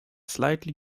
slightly